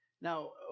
Now